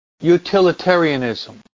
utilitarianism